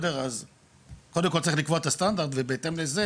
אז קודם כל צריך לקבוע את הסטנדרט ובהתאם לזה